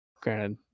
Granted